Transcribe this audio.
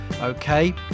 Okay